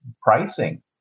pricing